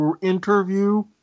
interview